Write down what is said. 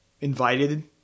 invited